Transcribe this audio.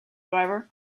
driver